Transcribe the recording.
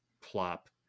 plop